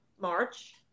March